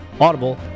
Audible